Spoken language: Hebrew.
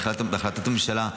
בהחלטת הממשלה,